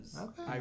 Okay